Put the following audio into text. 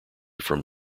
from